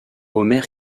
homer